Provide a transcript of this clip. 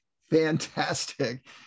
fantastic